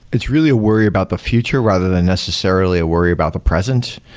it's really a worry about the future rather than necessarily a worry about the present,